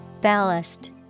Ballast